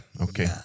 okay